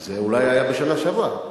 זה אולי היה בשנה שעברה.